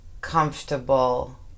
comfortable